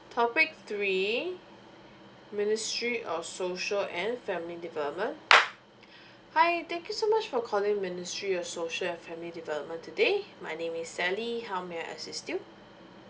topic three ministry of social and family development hi thank you so much for calling ministry of social and family development today my name is sally how may I assist you